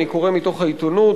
אני קורא מתוך העיתונות,